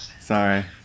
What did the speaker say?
Sorry